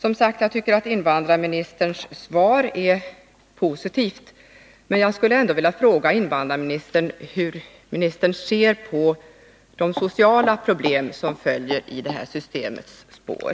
Jag tycker som sagt att invandrarministerns svar är positivt, men jag vill ändå fråga invandrarministern hur hon ser på de sociala problem som följer i detta systems spår.